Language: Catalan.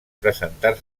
presentar